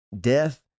death